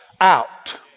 out